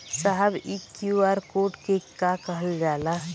साहब इ QR code के के कहल जाला?